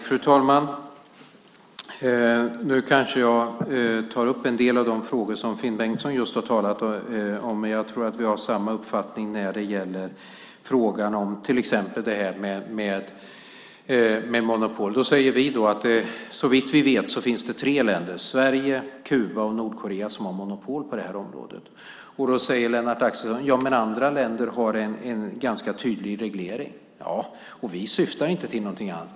Fru ålderspresident! Nu kanske jag tar upp en del av de frågor som Finn Bengtsson just har talat om, men jag tror att vi har samma uppfattning när det gäller frågan om till exempel monopol. Vi säger att såvitt vi vet finns det tre länder, Sverige, Kuba och Nordkorea, som har monopol på det här området. Då invänder Lennart Axelsson att andra länder har en ganska tydlig reglering. Ja, och vi syftar inte till någonting annat.